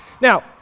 Now